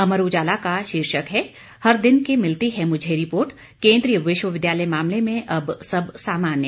अमर उजाला का शीर्षक है हर दिन की मिलती है मुझे रिपोर्ट केंद्रीय विश्वविद्यालय मामले में अब सब सामान्य